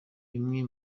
bimwe